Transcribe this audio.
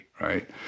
right